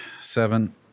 seven